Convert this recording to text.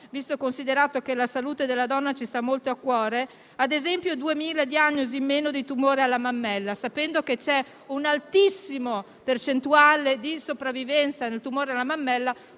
visto e considerato che la salute della donna ci sta molto a cuore, le circa 2.000 diagnosi in meno di tumore alla mammella. Sapendo che è altissima la percentuale di sopravvivenza nei casi di tumore alla mammella,